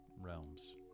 realms